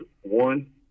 One